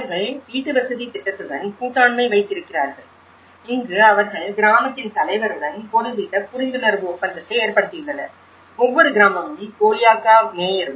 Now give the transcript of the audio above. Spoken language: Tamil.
அவர்கள் வீட்டுவசதித் திட்டத்துடன் கூட்டாண்மை வைத்திருக்கிறார்கள் இங்கு அவர்கள் கிராமத்தின் தலைவருடன் ஒருவித புரிந்துணர்வு ஒப்பந்தத்தை ஏற்படுத்தியுள்ளனர் ஒவ்வொரு கிராமமும் கோலியாக்கா மேயரும்